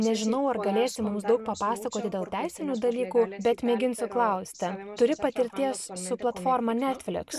nežinau ar galėsi mums daug papasakoti dėl teisinių dalykų bet mėginsiu klausti turi patirties su platforma netfliks